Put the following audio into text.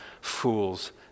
fool's